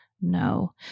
No